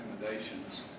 recommendations